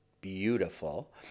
beautiful